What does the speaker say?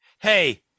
Hey